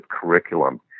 Curriculum